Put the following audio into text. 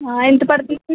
ఆ ఎంత పడుతుంది